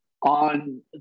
On